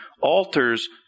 Altars